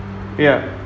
ya